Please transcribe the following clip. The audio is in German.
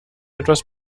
etwas